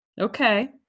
Okay